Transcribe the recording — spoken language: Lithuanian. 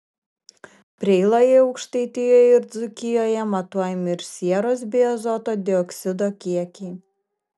preiloje aukštaitijoje ir dzūkijoje matuojami ir sieros bei azoto dioksido kiekiai